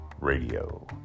Radio